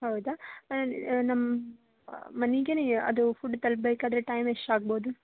ಹೌದಾ ನಮ್ಮ ಮನೆಗೇನೇ ಅದು ಫುಡ್ ತಲುಪ ಬೇಕಾದರೆ ಟೈಮ್ ಎಷ್ಟ್ ಆಗ್ಬೋದು